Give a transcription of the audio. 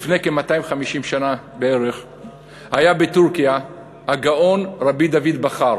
לפני כ-250 שנה היה בטורקיה הגאון רבי דוד בכר,